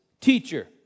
Teacher